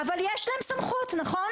רגע, אבל יש להם סמכות, נכון?